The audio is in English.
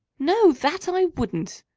no, that i wouldn't!